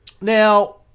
Now